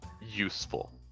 useful